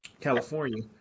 California